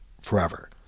forever